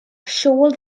siôl